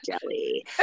jelly